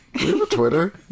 Twitter